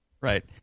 right